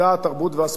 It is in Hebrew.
התרבות והספורט,